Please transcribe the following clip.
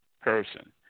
person